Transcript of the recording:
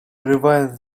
rewind